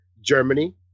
Germany